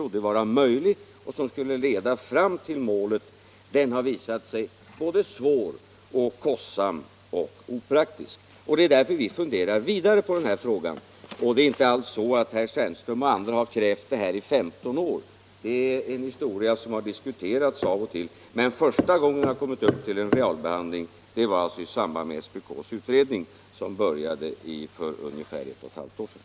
Den vägen leder inte fram till målet, utan den har visat sig vara inte bara svår utan även kostsam och opraktisk. Det är också därför som vi nu funderar vidare på denna fråga. Sedan är det inte heller så som herr Stjernström sade, att han och andra här har krävt en ändring i 15 år. Detta är en fråga som har diskuterats av och till. Men första gången som den kom upp till realbehandling var i samband med SPK:s utredning, som började för ungefär ett och ett halvt år sedan.